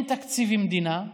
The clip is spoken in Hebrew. אין תקציב מדינה,